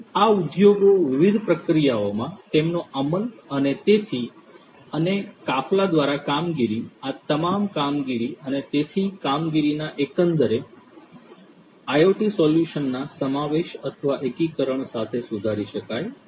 આ ઉદ્યોગો વિવિધ પ્રક્રિયાઓમાં તેમનો અમલ અને તેથી અને કાફલા દ્વારા કામગીરી આ તમામ કામગીરી અને તેથી કામગીરીના એકંદરે IoT સોલ્યુશન્સના સમાવેશ અથવા એકીકરણ સાથે સુધારી શકાય છે